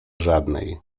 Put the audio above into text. żadnej